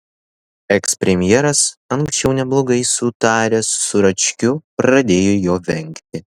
ekspremjeras anksčiau neblogai sutaręs su račkiu pradėjo jo vengti